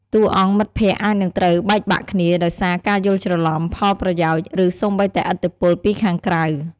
តួអង្គមិត្តភក្តិអាចនឹងត្រូវបែកបាក់គ្នាដោយសារការយល់ច្រឡំ ផលប្រយោជន៍ ឬសូម្បីតែឥទ្ធិពលពីខាងក្រៅ។